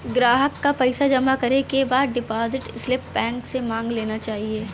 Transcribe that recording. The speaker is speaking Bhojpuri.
ग्राहक के पइसा जमा करे के बाद डिपाजिट स्लिप बैंक से मांग लेना चाही